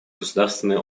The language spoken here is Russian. государственные